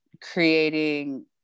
creating